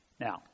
Now